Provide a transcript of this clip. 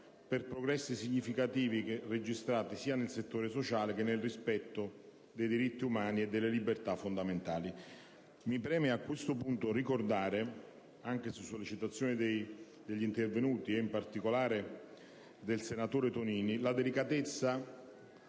per i progressi significativi registrati sia nel settore sociale che nel rispetto dei diritti umani e delle libertà fondamentali. A questo punto mi preme evidenziare, anche su sollecitazione degli intervenuti, in particolare del senatore Tonini, la delicatezza